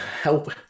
help